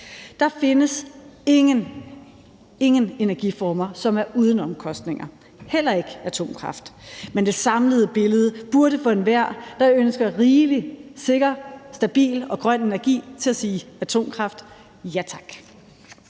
Der findes ingen energiformer, som er uden omkostninger, heller ikke atomkraft, men det samlede billede burde få enhver, der ønsker rigelig, sikker, stabil og grøn energi, til at sige: Atomkraft – ja tak.